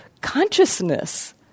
consciousness